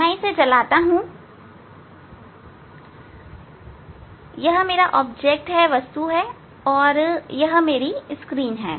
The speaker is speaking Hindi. मैं इसे जलाता हूं यह मेरी वस्तु है और यह मेरी स्क्रीन है